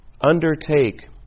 Undertake